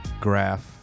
graph